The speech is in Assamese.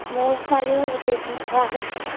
মোৰ ছোৱালীও গোটেইখিনি পৰা হৈছে